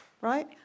Right